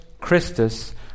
Christus